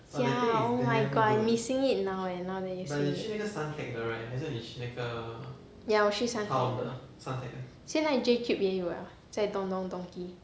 sia oh my god I missing it now eh now that you say it ya 我去 suntec 现在 J cube 也有 liao 在 don don donki